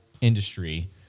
industry